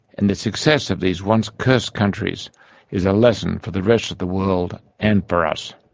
and the success of these once cursed countries is a lesson for the rest of the world and for us.